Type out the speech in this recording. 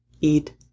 eat